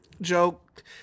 Joke